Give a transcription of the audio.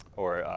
or,